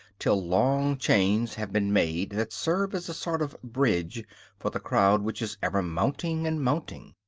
till long chains have been made that serve as a sort of bridge for the crowd which is ever mounting and mounting.